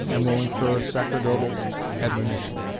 and will incur sacerdotal admonition.